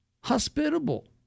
hospitable